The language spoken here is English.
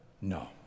No